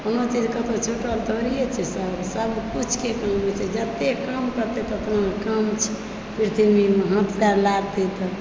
कोनो चीज कतहुँ छूटल थोरिये छै सर सबकिछुके काम होइत छै जते काम करतै ततना काम छै पृथ्वीमे हाथ पैर लारतै तऽ